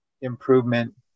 improvement